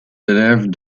élèves